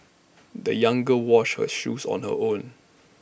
the young girl washed her shoes on her own